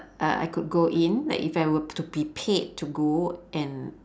uh I could go in like if I were to be paid to go and